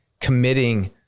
committing